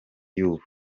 y’ubu